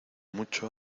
mucho